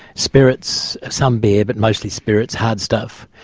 spirits, some beer but mostly spirits, hard stuff.